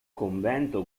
convento